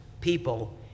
people